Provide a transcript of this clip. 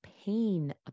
pain